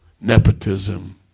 nepotism